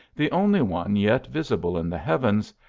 the only one yet visible in the heavens,